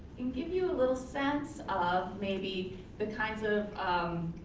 and give you a little sense of maybe the kinds of